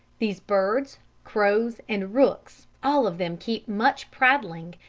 these birds, crows and rooks, all of them keep much prattling,